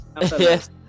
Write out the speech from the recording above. yes